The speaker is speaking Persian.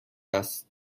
است